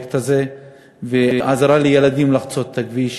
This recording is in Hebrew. מהפרויקט הזה ועזרה לילדים לחצות את הכביש.